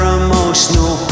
emotional